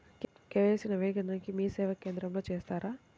KYC నవీకరణని మీసేవా కేంద్రం లో చేస్తారా?